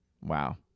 Wow